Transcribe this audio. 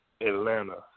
Atlanta